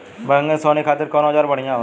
बैगन के सोहनी खातिर कौन औजार बढ़िया होला?